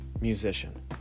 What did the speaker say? musician